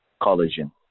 collagen